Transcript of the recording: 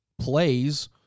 plays